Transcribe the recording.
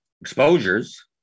exposures